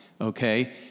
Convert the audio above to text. okay